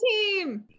team